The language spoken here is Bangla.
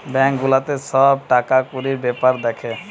বেঙ্ক গুলাতে সব টাকা কুড়ির বেপার দ্যাখে